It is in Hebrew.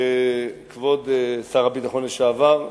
כבוד שר הביטחון לשעבר,